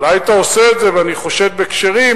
אולי אתה עושה את זה ואני חושד בכשרים,